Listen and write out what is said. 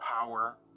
power